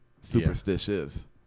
Superstitious